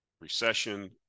recession